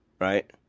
Right